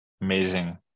amazing